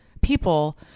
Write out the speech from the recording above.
people